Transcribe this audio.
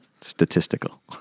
Statistical